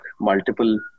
multiple